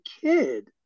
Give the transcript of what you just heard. kid